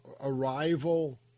arrival